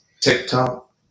TikTok